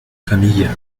famille